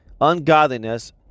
ungodliness